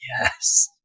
yes